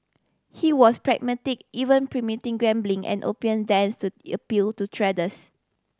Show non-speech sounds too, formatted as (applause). he was pragmatic even permitting gambling and opium dens to (unintelligible) appeal to traders